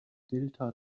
delta